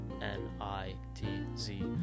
n-i-t-z